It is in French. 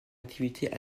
l’activité